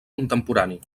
contemporani